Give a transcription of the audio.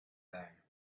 there